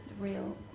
real